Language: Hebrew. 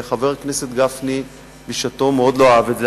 חבר הכנסת גפני בשעתו מאוד לא אהב את זה,